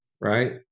right